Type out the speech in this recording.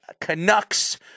Canucks